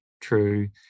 true